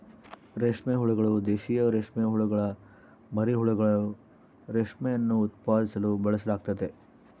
ರೇಷ್ಮೆ ಹುಳುಗಳು, ದೇಶೀಯ ರೇಷ್ಮೆಹುಳುಗುಳ ಮರಿಹುಳುಗಳು, ರೇಷ್ಮೆಯನ್ನು ಉತ್ಪಾದಿಸಲು ಬಳಸಲಾಗ್ತತೆ